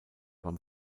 beim